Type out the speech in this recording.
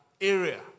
area